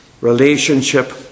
relationship